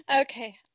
Okay